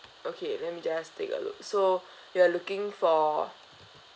okay let me just take a look so you are looking for